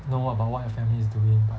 know what about what your family is doing but